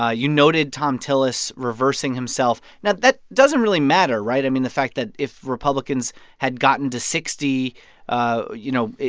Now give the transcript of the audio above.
ah you noted thom tillis reversing himself. now, that doesn't really matter, right? i mean, the fact that if republicans had gotten to sixty ah you know,